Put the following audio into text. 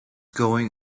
going